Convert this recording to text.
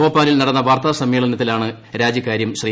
ഭോപ്പാലിൽ നടന്ന വാർത്താ സമ്മേളനത്തിലാണ് രാജിക്കാര്യം ശ്രീ